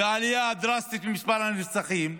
ולעלייה הדרסטית במספר הנרצחים.